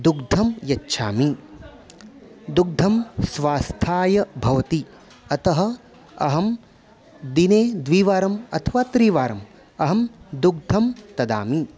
दुग्धं यच्छामि दुग्धं स्वास्थाय भवति अतः अहं दिने द्विवारम् अथवा त्रिवारम् अहं दुग्धं ददामि